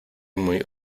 muy